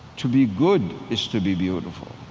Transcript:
to be good is to be beautiful.